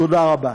תודה רבה.